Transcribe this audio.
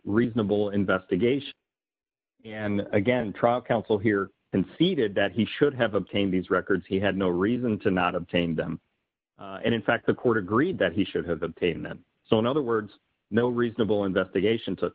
reasonable investigation and again trial counsel here unseated that he should have obtained these records he had no reason to not obtain them and in fact the court agreed that he should have been paying them so in other words no reasonable investigation took